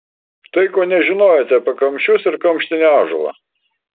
tai ko nežinojote apie kamščius ir kamštinį ąžuolą